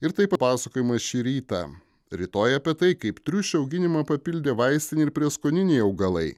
ir taip papasakojimas šį rytą rytoj apie tai kaip triušių auginimą papildė vaistiniai ir prieskoniniai augalai